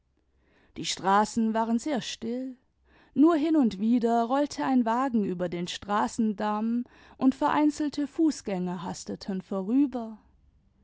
die straßen waren sehr still nur hin und wieder rollte ein wagen über den straßendanun und vereinzelte fußgänger hasteten vorüber